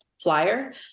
flyer